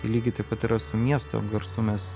lygiai taip pat yra su miesto garsu mes